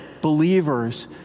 believers